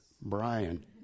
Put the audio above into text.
Brian